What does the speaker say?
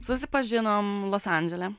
susipažinom los andžele